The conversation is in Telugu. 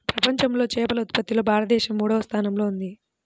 ప్రపంచంలో చేపల ఉత్పత్తిలో భారతదేశం మూడవ స్థానంలో ఉంది